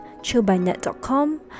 chillbynet.com